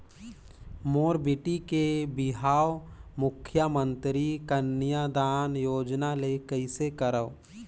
मोर बेटी के बिहाव मुख्यमंतरी कन्यादान योजना ले कइसे करव?